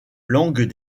langues